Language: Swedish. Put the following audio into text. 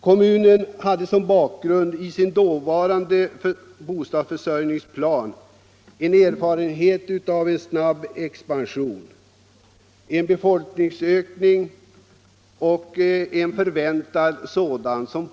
Kommunen hade som bakgrund för dåvarande bostadsförsörjningsplan erfarenheterna av en snabb expension och en förväntad befolkningsökning.